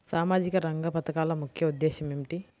సామాజిక రంగ పథకాల ముఖ్య ఉద్దేశం ఏమిటీ?